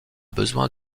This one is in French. besoin